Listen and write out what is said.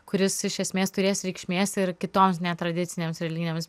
kuris iš esmės turės reikšmės ir kitoms netradicinėms religinėms